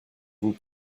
vous